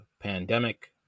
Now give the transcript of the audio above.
pandemic